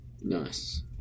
Nice